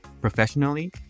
Professionally